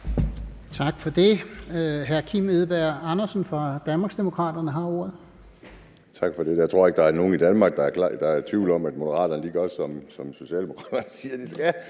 Tak for det. Hr. Kim Edberg Andersen fra Danmarksdemokraterne har ordet. Kl. 14:22 Kim Edberg Andersen (DD): Tak for det. Jeg tror ikke, der er nogen i Danmark, der er i tvivl om, at Moderaterne gør, som Socialdemokraterne siger de skal,